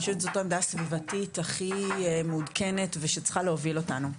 אני חושבת שזו עמדה סביבתית הכי מעודכנת ושצריכה להוביל אותנו.